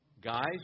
Guys